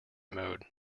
mode